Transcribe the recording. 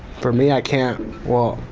for me, i can't well,